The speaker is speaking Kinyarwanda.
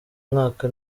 mwaka